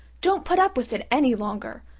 don't put up with it any longer,